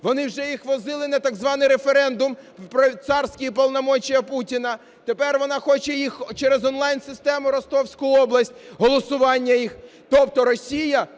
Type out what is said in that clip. Вони вже їх возили на так званий референдум про царские полномочия Путина, тепер вона хоче їх через онлайн-систему Ростовську область, голосування їх. Тобто Росія